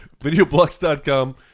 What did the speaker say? Videoblocks.com